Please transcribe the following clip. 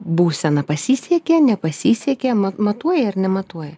būsena pasisekė nepasisekė ma matuoji ar nematuoji